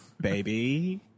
baby